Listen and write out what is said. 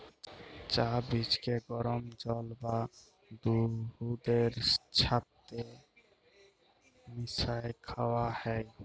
চাঁ বীজকে গরম জল বা দুহুদের ছাথে মিশাঁয় খাউয়া হ্যয়